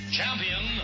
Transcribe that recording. champion